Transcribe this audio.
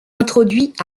introduit